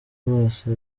bose